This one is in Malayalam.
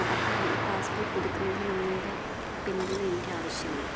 അപ്പോൾ ഈ പാസ്പോർട്ട് പുതുക്കുന്നതിനു നിങ്ങളുടെ പിന്തുണ എനിക്ക് ആവശ്യമാണ്